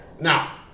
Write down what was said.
now